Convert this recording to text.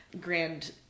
grand